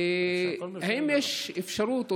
האם במשרדך יש אפשרות,